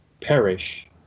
perish